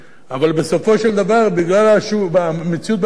אבל בסופו של דבר בגלל המציאות במשק,